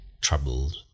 troubled